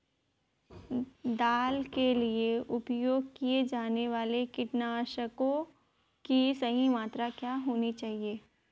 दाल के लिए उपयोग किए जाने वाले कीटनाशकों की सही मात्रा क्या होनी चाहिए?